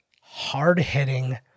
hard-hitting